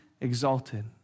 exalted